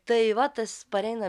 tai va tas pareina